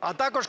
а також